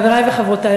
חברי וחברותי,